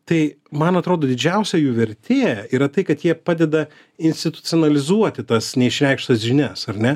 tai man atrodo didžiausia jų vertė yra tai kad jie padeda institucionalizuoti tas neišreikštas žinias ar ne